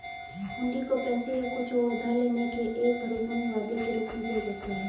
हुंडी को पैसे या कुछ और उधार लेने के एक भरोसेमंद वादे के रूप में दिया जाता है